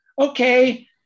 Okay